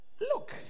look